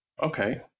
Okay